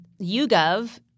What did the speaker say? YouGov